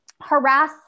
harass